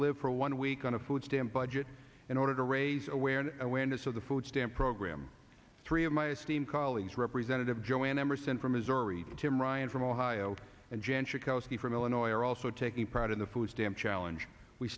live for one week on a food stamp budget in order to raise awareness awareness of the food stamp program three of my esteemed colleagues representative joanne emerson from missouri tim ryan from ohio and jan schakowsky from illinois are also taking part in the food stamp challenge we